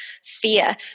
sphere